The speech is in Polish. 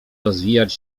rozwijać